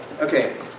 okay